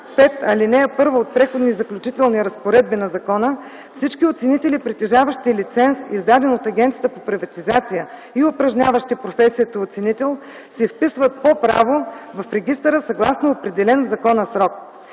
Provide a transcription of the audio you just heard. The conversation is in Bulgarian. § 5, ал. 1 от Преходните и заключителните разпоредби на закона, всички оценители, притежаващи лицензия, издадена от Агенцията по приватизация, и упражняващи професията оценител се изписват по право в регистъра, съгласно определен в закона срок.